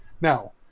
Now